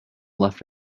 left